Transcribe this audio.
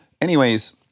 Anyways-